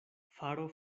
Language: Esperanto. faro